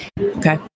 Okay